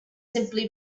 simply